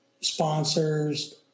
sponsors